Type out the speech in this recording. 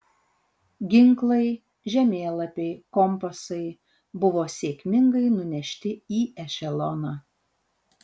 ginklai žemėlapiai kompasai buvo sėkmingai nunešti į ešeloną